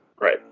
Right